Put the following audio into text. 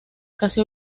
casi